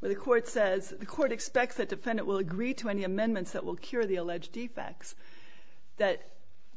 where the court says the court expects that defend it will agree to any amendments that will cure the alleged effects that